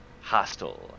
hostile